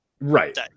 Right